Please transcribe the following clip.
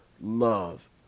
love